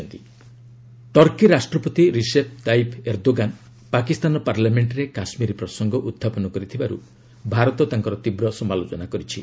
India Turkey Turkey ରାଷ୍ଟ୍ରପତି Recep Tayyip Erdogan Pakistan ପାର୍ଲାମେଣ୍ଟରେ କାଶ୍ୱୀର ପ୍ରସଙ୍ଗ ଉହ୍ୱାପନ କରିଥିବାର୍ତ ଭାରତ ତାଙ୍କର ତୀବ୍ର ସମାଲୋଚନା କରିଛି